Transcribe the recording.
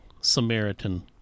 Samaritan